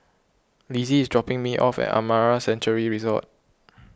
Lizzie is dropping me off at Amara Sanctuary Resort